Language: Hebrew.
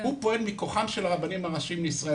הוא פועל מכוחם של הרבנים הראשיים לישראל,